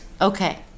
Okay